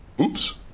Oops